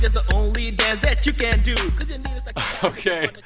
just an oldie dance that you can't do ok.